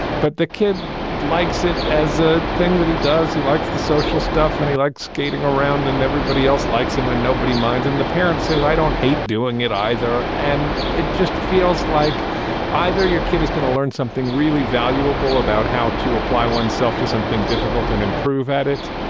but the kid likes it as a thing that he does. he likes the social stuff and he likes skating around and everybody else likes him and nobody minds in the parents. i don't hate doing it either. and it just feels like either your kid is going to learn something really valuable about how to apply oneself to something difficult and improve at it.